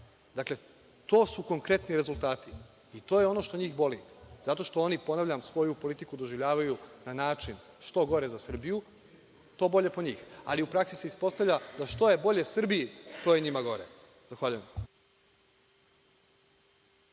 Dakle, to su konkretni rezultati. To je ono što njih boli, zato što oni, ponavljam, svoju politiku doživljavaju na način što gore za Srbiju, to bolje po njih, ali u praksi se ispostavlja da što je bolje Srbiji, to je njima gore. Zahvaljujem.(Radoslav